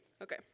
Okay